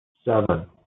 seven